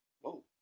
Whoa